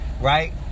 right